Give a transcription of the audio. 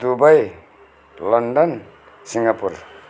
Dubai London Singapore